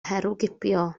herwgipio